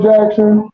Jackson